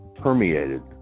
permeated